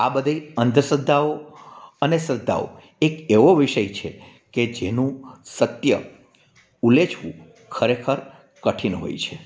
આ બધી અંધશ્રદ્ધાઓ અને શ્રદ્ધાઓ એક એવો વિષય છે કે જેનું સત્ય ઉલેચવું ખરેખર કઠીન હોય છે